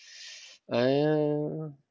I uh